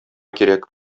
кирәк